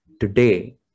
today